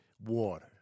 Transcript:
water